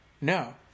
No